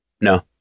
no